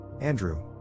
Andrew